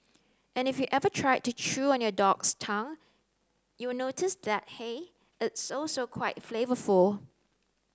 and if you ever tried to chew on your dog's tongue you would notice that hey it's also quite flavourful